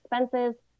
expenses